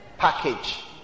package